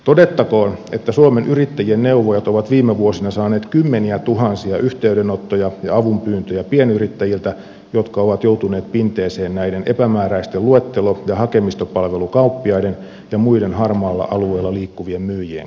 todettakoon että suomen yrittäjien neuvojat ovat viime vuosina saaneet kymmeniätuhansia yhteydenottoja ja avunpyyntöjä pienyrittäjiltä jotka ovat joutuneet pinteeseen näiden epämääräisten luettelo ja hakemistopalvelukauppiaiden ja muiden harmaalla alueella liikkuvien myyjien kanssa